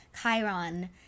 Chiron